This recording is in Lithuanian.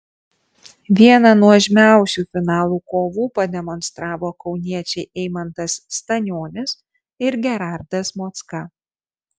vieną nuožmiausių finalo kovų pademonstravo kauniečiai eimantas stanionis ir gerardas mocka